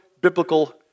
biblical